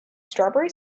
strawberry